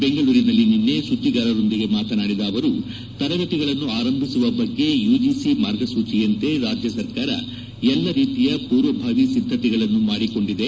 ಬೆಂಗಳೂರಿನಲ್ಲಿ ನಿನ್ನೆ ಸುದ್ದಿಗಾರರೊಂದಿಗೆ ಮಾತನಾಡಿದ ಅವರು ತರಗತಿಗಳನ್ನು ಆರಂಭಿಸುವ ಬಗ್ಗೆ ಯುಜಿಸಿ ಮಾರ್ಗಸೂಚಿಯಂತೆ ರಾಜ್ಯ ಸರ್ಕಾರ ಎಲ್ಲಾ ರೀತಿಯ ಪೂರ್ವಭಾವಿ ಸಿದ್ದತೆಗಳನ್ನು ಮಾಡಿಕೊಂಡಿದೆ